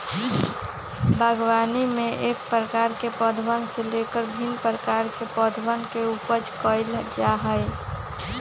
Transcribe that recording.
बागवानी में एक प्रकार के पौधवन से लेकर भिन्न प्रकार के पौधवन के उपज कइल जा हई